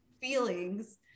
feelings